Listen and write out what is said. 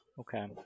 Okay